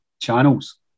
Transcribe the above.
channels